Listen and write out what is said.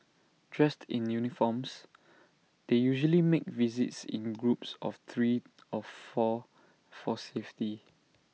dressed in uniforms they usually make visits in groups of three of four for safety